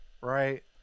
Right